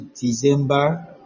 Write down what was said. December